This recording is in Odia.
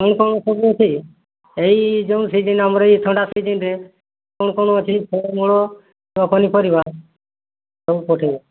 ଏଇ କ'ଣ କ'ଣ ସବୁ ଅଛି ଏଇ ଯୋଉଁ ସିଜନ୍ ଆମର ଥଣ୍ଡା ସିଜିନ୍ରେ କ'ଣ କ'ଣ ଅଛି ଫଳମୂଳ ପନିପରିବା ସବୁ ପଠାଇବ